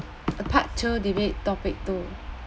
part two debate topic two